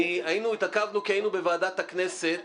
התעכבנו כי היינו בוועדת הכנסת.